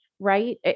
Right